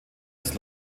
des